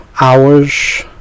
hours